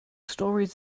stories